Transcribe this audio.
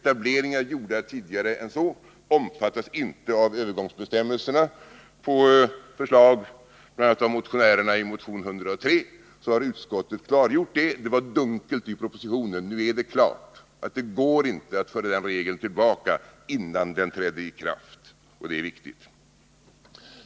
Tidigare etableringar omfattas inte av övergångsbestämmelserna. På förslag bl.a. av dem som väckt motion 103 har utskottet klargjort det. Det var dunkelt i propositionen — nu är det klart. Det går inte att föra den regeln tillbaka till tiden innan den trädde i kraft, och det är viktigt.